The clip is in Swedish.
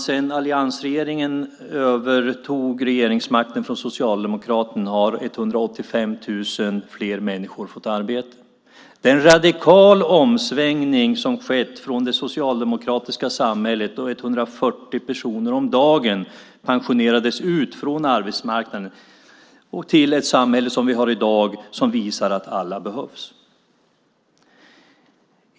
Sedan alliansregeringen övertog regeringsmakten från Socialdemokraterna har 185 000 fler människor fått arbete. Det är en radikal omsvängning som skett från det socialdemokratiska samhället, där 140 personer om dagen pensionerades ut från arbetsmarknaden, till det samhälle vi har i dag som visar att alla behövs.